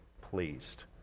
pleased